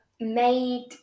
made